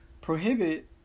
prohibit